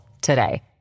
today